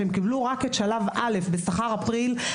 כשהן קיבלו רק את שלב א' בשכר אפריל,